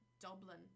Dublin